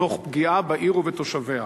תוך פגיעה בעיר ובתושביה.